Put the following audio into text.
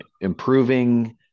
improving